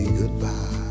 goodbye